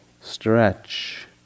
stretch